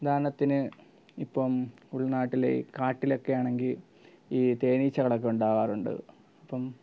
ഉദാഹരണത്തിന് ഇപ്പം ഉൾ നാട്ടിലെ കാട്ടിലൊക്കെയാണെങ്കിൽ ഈ തേനീച്ചകളൊക്കെ ഉണ്ടാകാറുണ്ട് അപ്പം